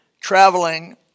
Traveling